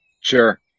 Sure